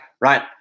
right